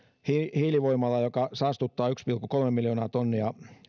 hiilivoimala joka saastuttaa yksi pilkku kolme miljoonaa tonnia